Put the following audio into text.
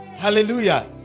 Hallelujah